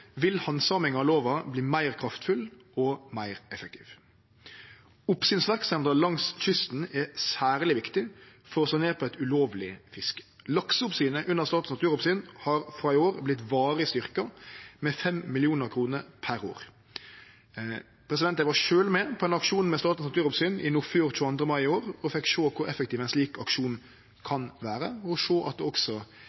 vil handsaminga av lova verte meir kraftfull og meir effektiv. Oppsynsverksemda langs kysten er særleg viktig for å slå ned på ulovleg fiske. Lakseoppsynet under Statens naturoppsyn har frå i år vorte varig styrkt med 5 mill. kr per år. Eg var sjølv med på ein aksjon med Statens naturoppsyn i Nordfjord 22. mai i år og fekk sjå kor effektiv ein slik aksjon